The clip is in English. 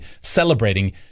celebrating